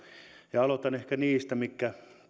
ja aloitan ehkä niistä mitkä